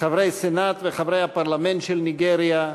חברי הסנאט וחברי הפרלמנט של ניגריה,